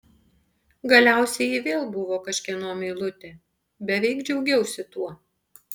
galiausiai ji vėl buvo kažkieno meilutė beveik džiaugiausi tuo